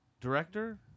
director